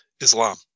Islam